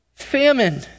Famine